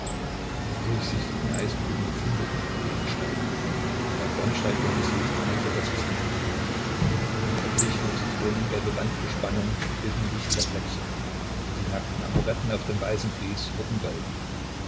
die durchsichtigen eisblumen funkelten wie edelsteine und ein bernsteingelbes licht füllte das zimmer über die verblichene zitronengelbe wandbespannung glitten lichtreflexe und die nackten amoretten auf dem weißen fries wurden golden